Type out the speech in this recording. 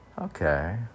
Okay